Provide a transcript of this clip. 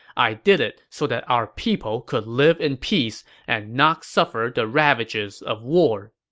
i did it so that our people could live in peace and not suffer the ravages of war.